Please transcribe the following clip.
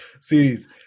series